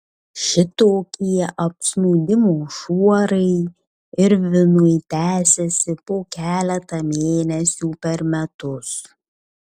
šitokie apsnūdimo šuorai irvinui tęsiasi po keletą mėnesių per metus